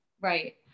Right